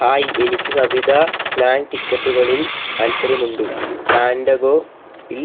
hi എനിക്ക് കവിത slam ടിക്കറ്റുകളിൽ താൽപ്പര്യമുണ്ട് ഫാൻഡാങ്കോയിൽ